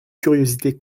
curiosité